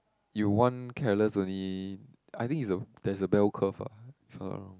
you one careless only I think is a there's a bell curve ah if I'm not wrong